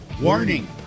warning